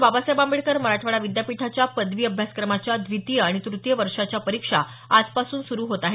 बाबासाहेब आंबेडकर मराठवाडा विद्यापीठाच्या पदवी अभ्यासक्रमाच्या द्वितीय आणि तृतीय वर्षांच्या परीक्षा आजपासून सुरु होत आहेत